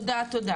תודה.